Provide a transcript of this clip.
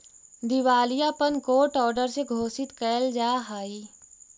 दिवालियापन court order से घोषित कैल जा हई